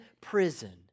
prison